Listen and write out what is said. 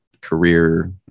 career